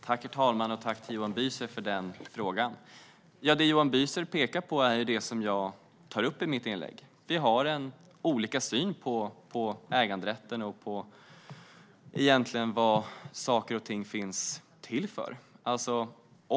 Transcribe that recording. Herr talman! Jag vill tacka Johan Büser för frågan. Johan Büser pekar på det som jag tar upp i mitt inlägg; vi har olika syn på äganderätten och på vad saker och ting finns till för.